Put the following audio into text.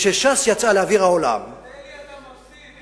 כשש"ס יצאה לאוויר העולם, אלי, אתה מפסיד.